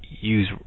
use